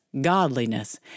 godliness